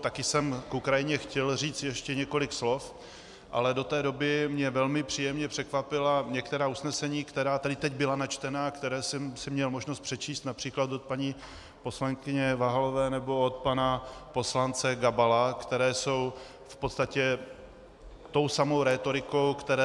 Taky jsem k Ukrajině chtěl říct ještě několik slov, ale do té doby mě velmi příjemně překvapila některá usnesení, která tady teď byla načtena a která jsem měl možnost si přečíst například od paní poslankyně Váhalové nebo od pana poslance Gabala, která jsou v podstatě tou samou rétorikou, kterou